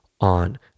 on